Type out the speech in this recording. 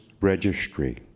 Registry